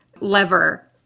lever